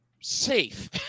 safe